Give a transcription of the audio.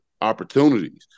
opportunities